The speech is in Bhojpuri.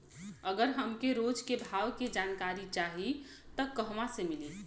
अगर हमके रोज के भाव के जानकारी चाही त कहवा से मिली?